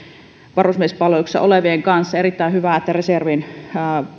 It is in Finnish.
varusmiespalveluksessa olevien kanssa on erittäin hyvä että reserviin